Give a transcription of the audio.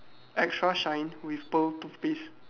extra shine with pearl toothpaste